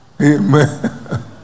Amen